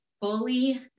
fully